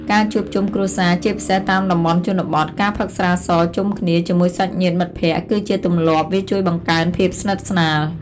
ការជួបជុំគ្រួសារ ជាពិសេសតាមតំបន់ជនបទ ការផឹកស្រាសជុំគ្នាជាមួយសាច់ញាតិមិត្តភក្តិ គឺជាទម្លាប់ វាជួយបង្កើនភាពស្និទ្ធស្នាល។